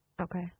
Okay